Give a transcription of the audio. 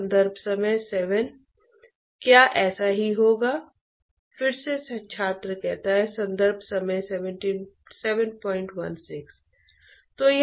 convection के कारण heat mass transfer से संबंधित परिभाषा क्या है